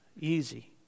easy